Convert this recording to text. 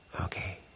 Okay